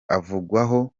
avugwaho